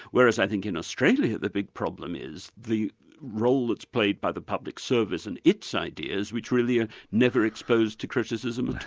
whereas i think in australia the big problem is the role that's played by the public service and its ideas, which really are never exposed to criticism at